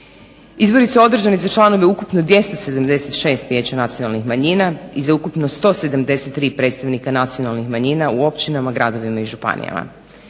Izbori su održani za članove ukupno 276 vijeća nacionalnih manjina i za ukupno 173 predstavnika nacionalnih manjina u općinama, gradovima i županijama.